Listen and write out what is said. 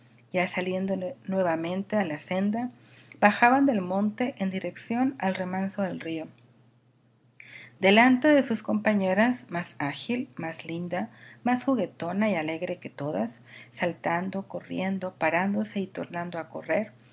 ya saliendo nuevamente a la senda bajaban del monte en dirección al remanso del río delante de sus compañeras más ágil más linda más juguetona y alegre que todas saltando corriendo parándose y tornando a correr